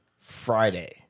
Friday